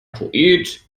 poet